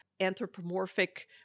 anthropomorphic